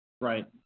Right